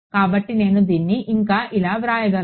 కాబట్టి నేను దీన్ని ఇంకా ఇలా వ్రాయగలను